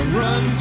run